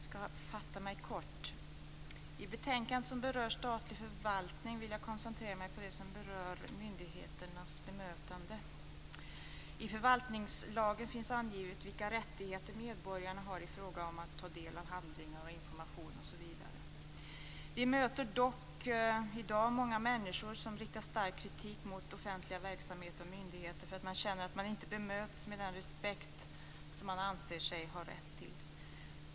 Fru talman! I fråga om detta betänkande om statlig förvaltning vill jag koncentrera mig på det som berör myndigheternas bemötande. I förvaltningslagen finns angivet vilka rättigheter medborgarna har i fråga om att ta del av handlingar, information osv. Vi möter dock i dag många människor som riktar stark kritik mot offentliga verksamheter och myndigheter - man känner att man inte bemöts med den respekt som man anser sig ha rätt till.